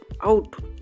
out